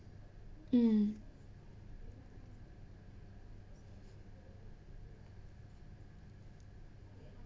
mm